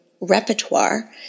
repertoire